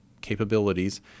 capabilities